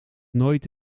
nooit